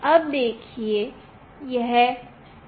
अब देखिए यह 1 प्रिंट कर रही है